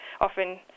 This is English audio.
often